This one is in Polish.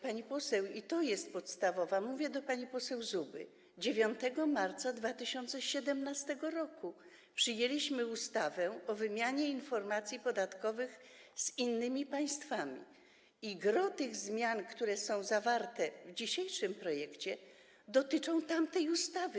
Pani poseł, i to jest podstawowa, mówię do pani poseł Zuby... 9 marca 2017 r. przyjęliśmy ustawę o wymianie informacji podatkowych z innymi państwami i gros tych zmian, które są zawarte w dzisiejszym projekcie, dotyczy tamtej ustawy.